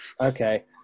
Okay